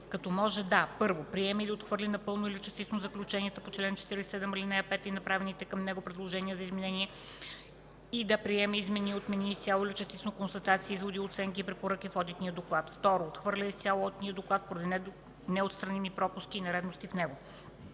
като може да: 1. приеме или отхвърли напълно или частично заключението по чл. 47, ал. 5 и направените към него предложения за изменения и да приеме, измени, отмени изцяло или частично констатации, изводи, оценки и препоръки в одитния доклад; 2. отхвърли изцяло одитния доклад поради неотстраними пропуски и нередности в него.